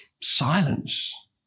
silence